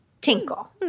Tinkle